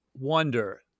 wonder